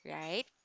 right